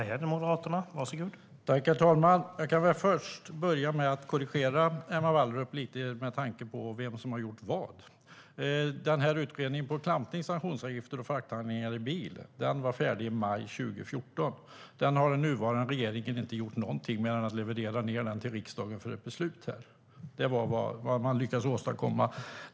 Herr talman! Jag kan börja med att korrigera Emma Wallrup lite med tanke på vem som har gjort vad. Utredningen om klampning, sanktionsavgifter och frakthandlingar i bil var färdig i maj 2014. Den har den nuvarande regeringen inte gjort någonting med mer än att leverera den till riksdagen för ett beslut. Det var vad man lyckades åstadkomma.